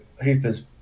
Hooper's